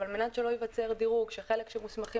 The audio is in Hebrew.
ועל מנת שלא ייווצר דירוג שחלק שמוסמכים